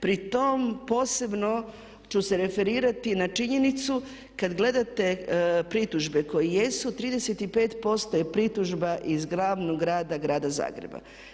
Pri tom posebno ću se referirati na činjenicu kad gledate pritužbe koje jesu, 35% je pritužbi iz glavnog grada, Grada Zagreba.